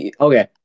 Okay